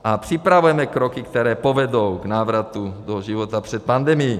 A připravujeme kroky, které povedou k návratu do života před pandemií.